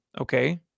Okay